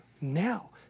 now